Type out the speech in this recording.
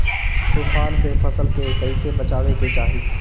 तुफान से फसल के कइसे बचावे के चाहीं?